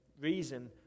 reason